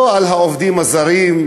או לעובדים הזרים,